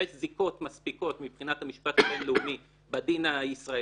יש בדיקות מספיקות מבחינת המשפט הבינלאומי בדין הישראלי,